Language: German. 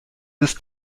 ist